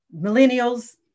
millennials